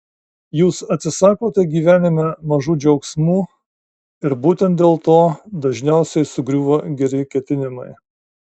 jūs atsisakote gyvenime mažų džiaugsmų ir būtent dėl to dažniausiai sugriūva geri ketinimai